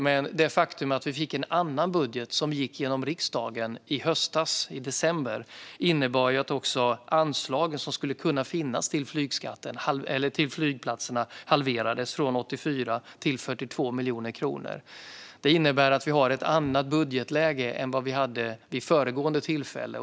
Men det faktum att en annan budget gick igenom i riksdagen i höstas - i december - innebar att de anslag som skulle kunna finnas till flygplatserna halverades från 84 till 42 miljoner kronor. Det innebär att vi har ett annat budgetläge än vad vi hade vid föregående tillfälle.